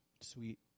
Sweet